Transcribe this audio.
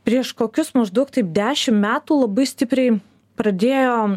prieš kokius maždaug taip dešim metų labai stipriai pradėjo